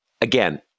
again